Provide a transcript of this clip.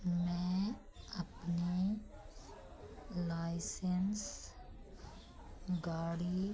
मैं अपने लाइसेंस गाड़ी